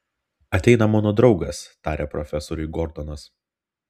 ateina mano draugas tarė profesoriui gordonas